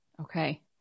Okay